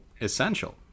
essential